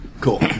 cool